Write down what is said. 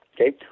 okay